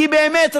כי באמת,